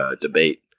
debate